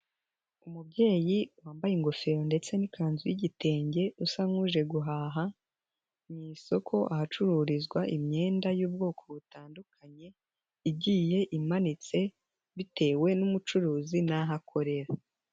Umubyeyi wambaye ingofero ndetse n'ikanzu y'igitenge usa nk'uje guhaha, mu isoko ahacururizwa imyenda y'ubwoko butandukanye, igiye imanitse, bitewe n'umucuruzi n'aho akorera.